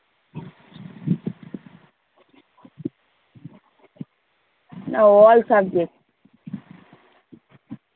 all subject